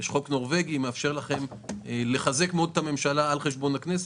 יש חוק נורבגי וזה מאפשר לחזק את הממשלה על חשבון הכנסת.